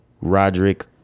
Roderick